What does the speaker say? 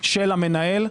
של המנהל,